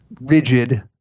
rigid